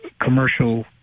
commercial